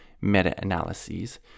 meta-analyses